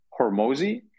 Hormozy